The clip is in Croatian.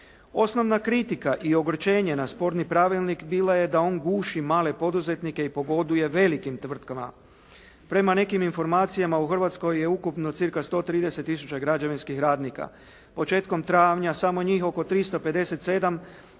Osnovna kritika i ogorčenje na sporni pravilnik bila je da on guši male poduzetnike i pogoduje velikim tvrtkama. Prema nekim informacijama u Hrvatskoj je ukupno cca 130 tisuća građevinskih radnika. Početkom travnja samo njih oko 357